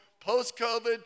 post-COVID